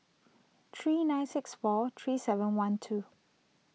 three nine six four three seven one two